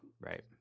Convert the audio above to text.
Right